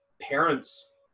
parents